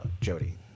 Jody